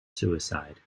suicide